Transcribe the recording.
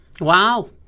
Wow